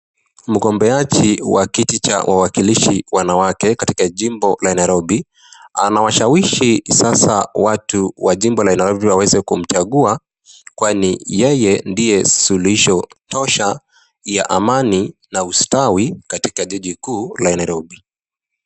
Mgombeaji wa kiti cha uwakilishi wa wanawake katika jimbo la Nairobi. Anawashawishi sasa watu wajimbo la Nairobi waweze kumchagua ,kwani yeye ndiye suluhisho tosha ya amani na ustawi katika jiji kuu la Nairobi.